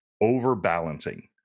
overbalancing